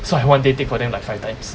so I one day take for them like five times